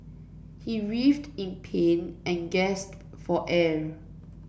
he writhed in pain and gasped for air